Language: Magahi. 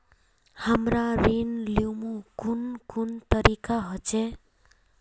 हमरा ऋण लुमू कुन कुन तरीका होचे?